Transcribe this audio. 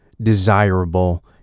desirable